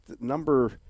number